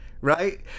right